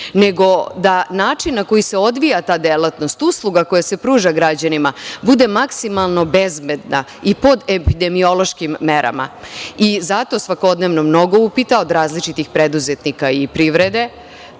nego da način na koji se odvija ta delatnost, usluga koja se pruža građanima bude maksimalno bezbedna i pod epidemiološkim merama. Zato svakodnevno mnogo upita od različitih preduzetnika i privrede,